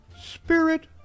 Spirit